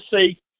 see